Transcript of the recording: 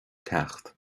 ceacht